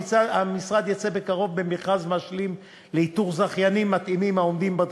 המשרד יצא בקרוב במכרז משלים לאיתור זכיינים מתאימים העומדים בדרישות.